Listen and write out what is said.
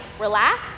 relax